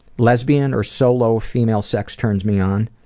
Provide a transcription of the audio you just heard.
lesbian or solo female sex turns me on.